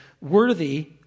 worthy